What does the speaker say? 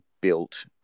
built